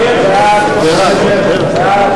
משרד התחבורה,